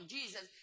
Jesus